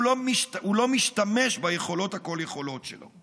הוא לא משתמש ביכולות הכל-יכולות שלו.